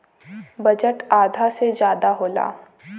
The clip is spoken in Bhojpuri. बजट आधा से जादा होला